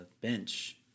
bench